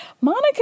Monica